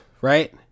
right